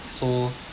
so